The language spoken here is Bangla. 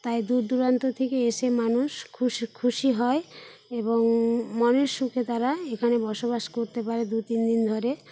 তাই দূরদুরান্ত থেকে এসে মানুষ খুশ খুশি হয় এবং মনের সুখে তারা এখানে বসবাস করতে পারে দু তিনদিন ধরে